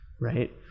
Right